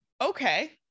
okay